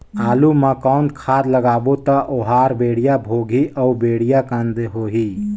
आलू मा कौन खाद लगाबो ता ओहार बेडिया भोगही अउ बेडिया कन्द होही?